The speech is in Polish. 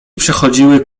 przechodziły